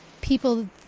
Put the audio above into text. people